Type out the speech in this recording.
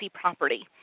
property